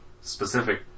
specific